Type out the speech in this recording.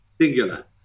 singular